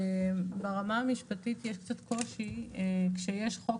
ברמה המשפטית יש קצת קושי כשיש חוק